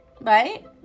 Right